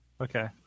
Okay